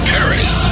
Paris